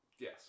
Yes